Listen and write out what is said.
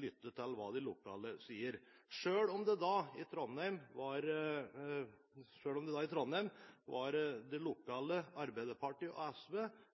lytte til hva de lokale sier, selv om det i Trondheim var det lokale Arbeiderpartiet og SV som sa ja til kommuneplanen. Jeg synes det